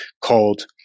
called